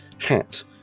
hat